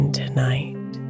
tonight